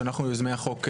שאנחנו יוזמי החוק,